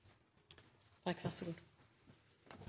a i